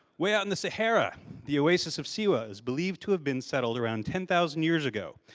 way out in the sierra, the oasis of siwa is believed to have been settled around ten thousand years ago.